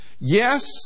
Yes